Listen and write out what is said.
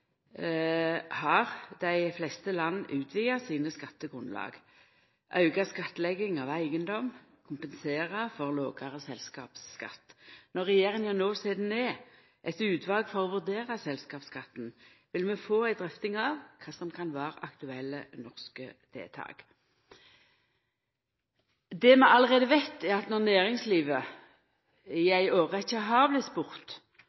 har dei fleste landa utvida sine skattegrunnlag. Auka skattlegging av eigedom kompenserer for lågare selskapsskatt. Når regjeringa no set ned eit utval for å vurdera selskapsskatten, vil vi få ei drøfting av kva som kan vera aktuelle norske tiltak. Det vi allereie veit, er at når næringslivet i ei årrekkje har vorte spurt